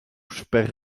sper